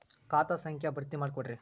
ಖಾತಾ ಸಂಖ್ಯಾ ಭರ್ತಿ ಮಾಡಿಕೊಡ್ರಿ